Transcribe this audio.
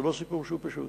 זה לא סיפור שהוא פשוט.